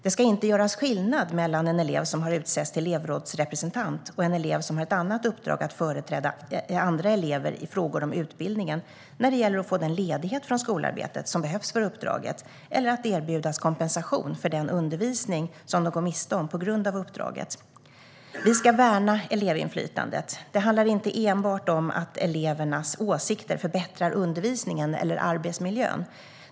Det ska inte göras skillnad mellan en elev som har utsetts till elevrådsrepresentant och en elev som har ett annat uppdrag att företräda andra elever i frågor om utbildningen när det gäller att få den ledighet från skolarbetet som behövs för uppdraget eller att erbjudas kompensation för den undervisning som de går miste om på grund av uppdraget. Vi ska värna elevinflytandet. Det handlar inte enbart om att elevernas åsikter förbättrar undervisningen eller arbetsmiljön.